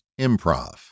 improv